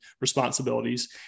responsibilities